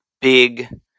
big